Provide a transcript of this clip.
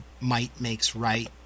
might-makes-right